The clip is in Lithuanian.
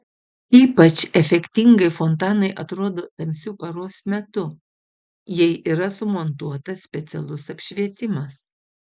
ypač efektingai fontanai atrodo tamsiu paros metu jei yra sumontuotas specialus apšvietimas